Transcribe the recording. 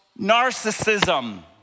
narcissism